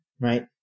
right